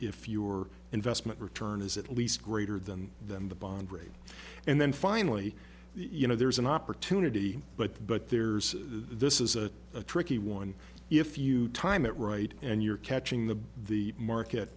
if your investment return is at least greater than than the bond rate and then finally you know there's an opportunity but but there's this is a tricky one if you time it right and you're catching the the market